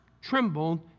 trembled